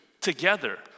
together